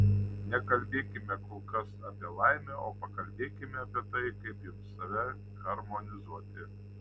nekalbėkime kol kas apie laimę o pakalbėkime apie tai kaip jums save harmonizuoti